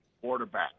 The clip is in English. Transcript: quarterback